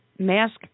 mask